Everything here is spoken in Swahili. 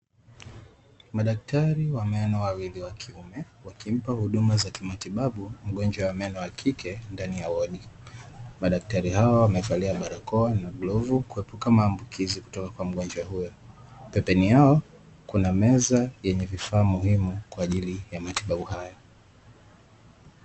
Madaftari wawili wa meno wa kiume wakimpa huduma za kimatibabu mgonjwa wa meno wa kike ndani ya wodi. Madaftari hawa wamevalia barakoa na glovu kuepuka maambukizi kutoka kwa mgonjwa huyo. Pembeni yao kuna meza yenye vifaa muhimu kwa ajili ya matibabu haya.